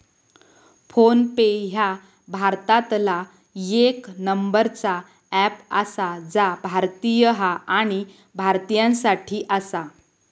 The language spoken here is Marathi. फोन पे ह्या भारतातला येक नंबरचा अँप आसा जा भारतीय हा आणि भारतीयांसाठी आसा